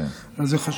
הינה,